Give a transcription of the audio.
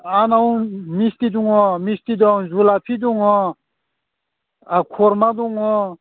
आंनाव मिस्थि दङ मिस्थि दं जुलाफि दङ आरो खरमा दङ